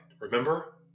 remember